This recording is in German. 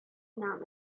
nahm